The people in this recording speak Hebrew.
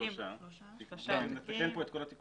בשלושה עותקים